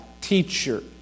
teacher